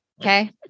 Okay